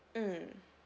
mm